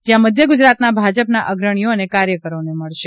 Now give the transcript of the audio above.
જ્યાં મધ્ય ગુજરાતના ભાજપના અગ્રણીઓ અને કાર્યકરોને મળશે